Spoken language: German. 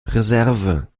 reserve